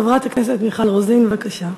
חברת הכנסת מיכל רוזין, בבקשה.